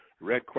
Red